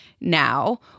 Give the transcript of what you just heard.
now